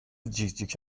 جیکجیک